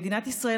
מדינת ישראל,